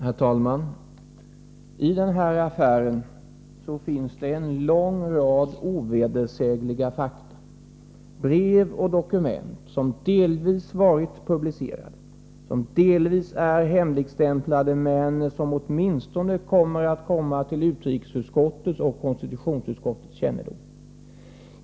Fru talman! I den här affären finns det en lång rad ovedersägliga fakta — brev och dokument som delvis varit publicerade, som delvis är hemligstämplade men som åtminstone kommer att komma till utrikesutskottets och konstitutionsutskottets kännedom.